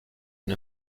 une